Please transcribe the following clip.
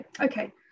Okay